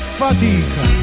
fatica